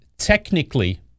technically